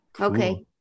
Okay